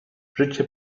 życie